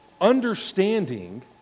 understanding